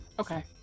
Okay